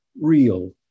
real